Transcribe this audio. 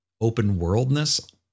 open-worldness